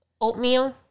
oatmeal